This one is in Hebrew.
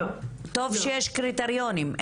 טוב שיש קריטריונים,